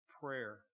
prayer